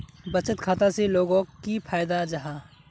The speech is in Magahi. बचत खाता से लोगोक की फायदा जाहा?